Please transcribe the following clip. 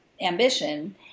ambition